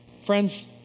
Friends